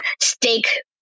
Steak